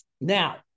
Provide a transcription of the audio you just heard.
now